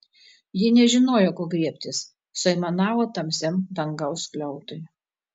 ji nežinojo ko griebtis suaimanavo tamsiam dangaus skliautui